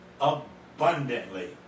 abundantly